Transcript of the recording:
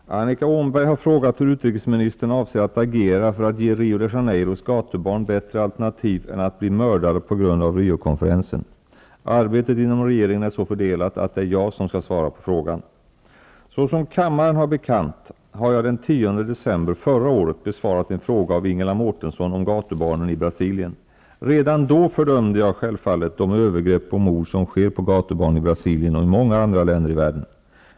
Herr talman! Annika Åhnberg har frågat hur utrikesministern avser att agera för att ge Rio de Janeiros gatubarn bättre alternativ än att bli mördade på grund av Rio-konferensen. Arbetet inom regeringen är så fördelat att det är jag som skall svara på frå gan. Såsom kammaren har bekant har jag den 10 december förra året besvarat en fråga av Ingela Mårtensson om gatubarnen i Brasilien. Redan då fördömde jag självfallet de övergrepp och mord som sker på gatubarn i Brasilien och i många andra länder i världen.